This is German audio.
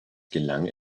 gelang